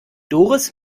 doris